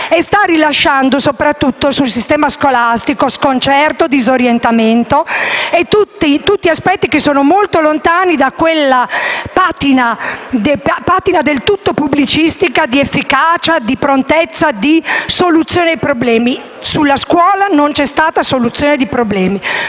e sta creando, soprattutto sul sistema scolastico, sconcerto e disorientamento, tutti aspetti molto lontani dalla patina del tutto pubblicistica di efficacia, prontezza e soluzione dei problemi. Sulla scuola non c'è stata soluzione di problemi.